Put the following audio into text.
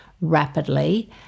rapidly